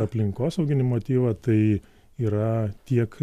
aplinkosauginį motyvą tai yra tiek